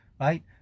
right